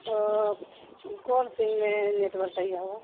تو کون سیم میں نیٹورک صیح ہوگا